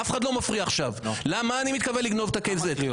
מה אני מתכוון כשאני אומר לגנוב את הכנסת?